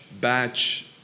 batch